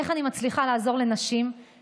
איך אני מצליחה לעזור לנשים,